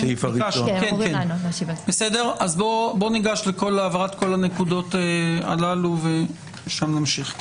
כן, ניגש להבהרת כל הנקודות הללו, ומשם נמשיך.